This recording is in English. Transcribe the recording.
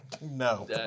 No